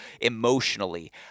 emotionally